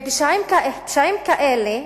ופשעים כאלה,